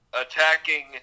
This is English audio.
Attacking